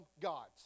God's